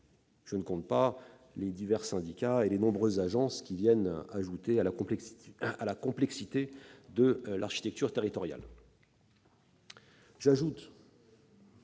je ne compte pas les divers syndicats et les nombreuses agences qui viennent ajouter à la complexité de l'architecture territoriale ! Je